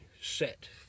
set